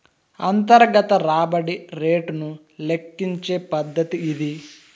అంతర్గత రాబడి రేటును లెక్కించే పద్దతి ఇది